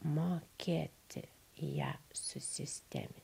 mokėti ją susistemin